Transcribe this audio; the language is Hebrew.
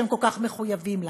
שהם כל כך מחויבים לה?